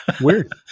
Weird